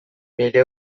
bere